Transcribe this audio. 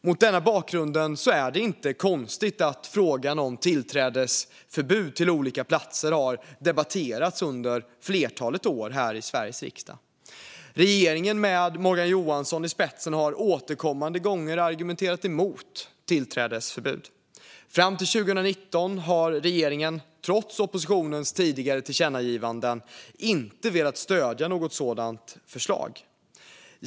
Mot denna bakgrund är det inte konstigt att frågan om tillträdesförbud till olika platser har debatterats under ett flertal år i Sveriges riksdag. Regeringen, med Morgan Johansson i spetsen, har återkommande argumenterat emot tillträdesförbud. Fram till 2019 ville regeringen trots oppositionens tidigare tillkännagivanden inte stödja ett sådant förslag.